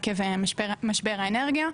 עקב משבר האנרגיה,